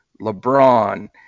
LeBron